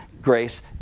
Grace